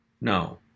no